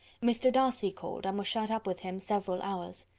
mr. darcy called, and was shut up with him several hours.